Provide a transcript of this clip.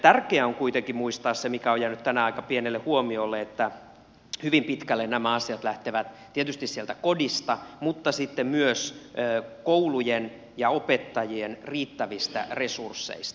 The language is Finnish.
tärkeää on kuitenkin muistaa se mikä on jäänyt tänään aika pienelle huomiolle että hyvin pitkälle nämä asiat lähtevät tietysti sieltä kodista mutta sitten myös koulujen ja opettajien riittävistä resursseista